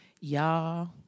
Y'all